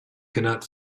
cannot